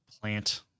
plant